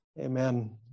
Amen